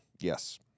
Yes